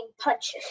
punches